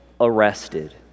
arrested